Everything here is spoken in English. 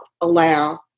allow